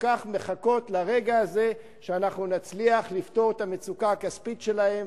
כך מחכות לרגע הזה שאנחנו נצליח לפתור את המצוקה הכספית שלהן,